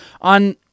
On